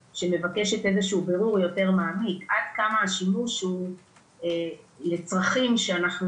שמבקשת איזה שהוא בירור יותר מעמיק עד כמה השימוש הוא לצרכים שאנחנו